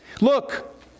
Look